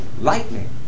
lightning